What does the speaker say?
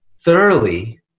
thoroughly